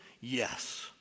Yes